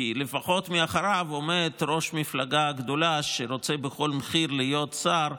כי לפחות מאחוריו עומד ראש מפלגה גדולה שרוצה להיות בכל מחיר שר,